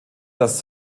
das